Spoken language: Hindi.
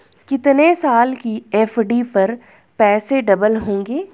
कितने साल की एफ.डी पर पैसे डबल होंगे?